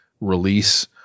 release